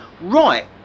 right